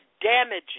damages